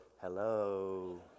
hello